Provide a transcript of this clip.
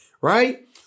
right